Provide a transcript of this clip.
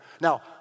Now